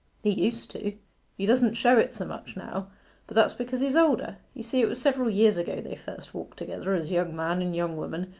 he used to he doesn't show it so much now but that's because he's older. you see, it was several years ago they first walked together as young man and young woman.